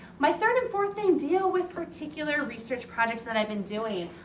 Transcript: my third and fourth thing deal with particular research projects that i've been doing.